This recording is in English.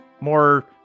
more